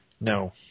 No